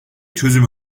çözüm